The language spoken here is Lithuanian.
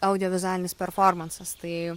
audiovizualinis performansas tai